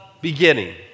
beginning